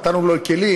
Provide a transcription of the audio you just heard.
נתנו לו כלים.